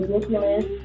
ridiculous